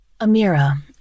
Amira